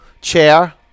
Chair